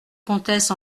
comtesse